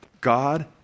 God